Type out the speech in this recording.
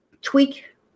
tweak